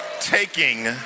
taking